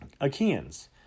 Achaeans